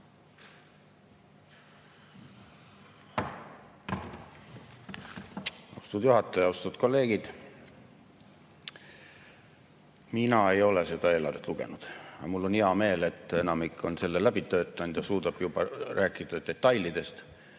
Austatud juhataja! Austatud kolleegid! Mina ei ole seda eelarvet lugenud, aga mul on hea meel, et enamik on selle läbi töötanud ja suudab juba rääkida detailidest